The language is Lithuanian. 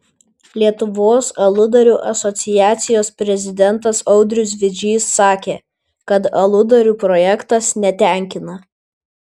lietuvos aludarių asociacijos prezidentas audrius vidžys sakė kad aludarių projektas netenkina